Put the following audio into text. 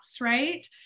right